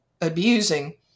abusing